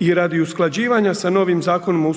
i radi usklađivanja sa novim Zakonom